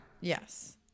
Yes